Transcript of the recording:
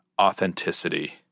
authenticity